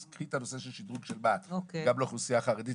אז קחי את הנושא של השדרוג של מה"ט גם לאוכלוסייה החרדית,